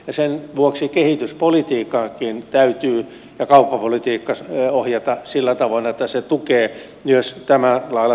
sen vuoksi kehityspolitiikankin ja kauppapolitiikan täytyy ohjata sillä tavoin että ne tukevat myös tällä lailla tapahtuvaa kehitystä